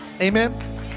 amen